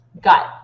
gut